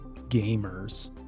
gamers